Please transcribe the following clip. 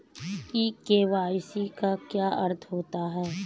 ई KYC का क्या अर्थ होता है?